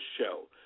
show